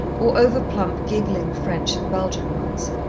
or over-plump, giggling french and belgian ones.